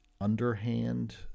underhand